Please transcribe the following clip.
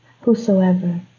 whosoever